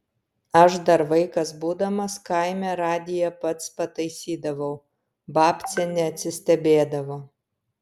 aš dar vaikas būdamas kaime radiją pats pataisydavau babcė neatsistebėdavo